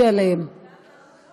העיסוק בייצוג על-ידי יועצי מס (תיקון